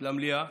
של המליאה,